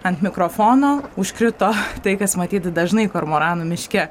ant mikrofono užkrito tai kas matyt dažnai kormoranų miške